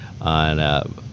on